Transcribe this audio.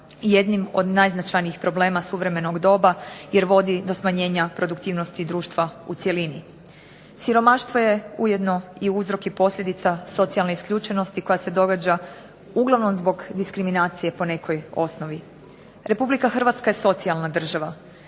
jednim od najznačajnijih problema suvremenog doba jer vodi do smanjenja produktivnosti društva u cjelini. Siromaštvo je ujedno i uzrok i posljedica socijalne isključenosti koja se događa uglavnom zbog diskriminacije po nekoj osnovi. Republika Hrvatska je socijalna država,